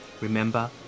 Remember